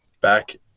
Back